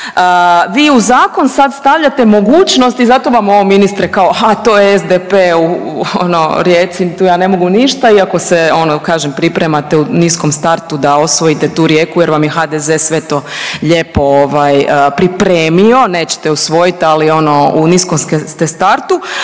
Vi u zakon sad stavljate mogućost i zato vam ovo, ministre, kao aha, to je SDP u, ono, Rijeci, tu ja ne mogu ništa, iako se, ono, kažem, pripremate u niskom startu da osvojite tu Rijeku jer vam je HDZ sve to ovaj lijepo pripremio, nećete usvojiti, ali ono u niskom ste